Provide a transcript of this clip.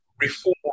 reform